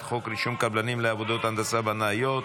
חוק רישום קבלנים לעבודות הנדסה בנאיות.